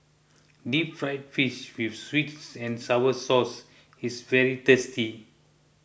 Deep Fried Fish with Sweet and Sour Sauce is very tasty